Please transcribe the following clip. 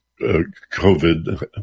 covid